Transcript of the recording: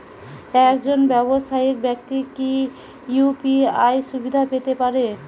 একজন ব্যাবসায়িক ব্যাক্তি কি ইউ.পি.আই সুবিধা পেতে পারে?